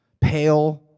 pale